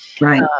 Right